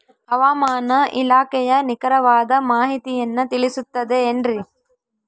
ಹವಮಾನ ಇಲಾಖೆಯ ನಿಖರವಾದ ಮಾಹಿತಿಯನ್ನ ತಿಳಿಸುತ್ತದೆ ಎನ್ರಿ?